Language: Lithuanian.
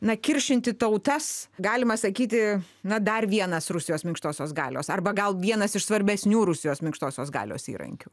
na kiršinti tautas galima sakyti na dar vienas rusijos minkštosios galios arba gal vienas iš svarbesnių rusijos minkštosios galios įrankių